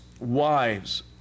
wives